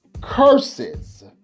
curses